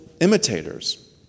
imitators